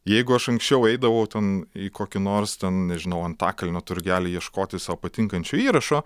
jeigu aš anksčiau eidavau ten į kokį nors ten nežinau antakalnio turgelį ieškoti sau patinkančio įrašo